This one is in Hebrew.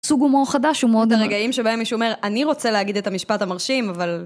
סוג הומור חדש הוא מאוד הרגעים שבהם מישהו אומר אני רוצה להגיד את המשפט המרשים אבל